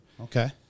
Okay